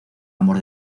amor